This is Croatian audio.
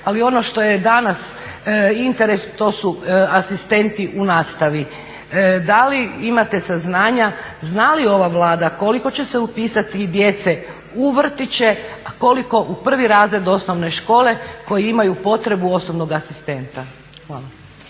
Ali ono što je danas interes to su asistenti u nastavi. Da li imate saznanja zna li ova Vlada koliko će se upisati i djece u vrtiće a koliko u prvi razred osnovne škole koji imaju potrebu osobnog asistenta? Hvala.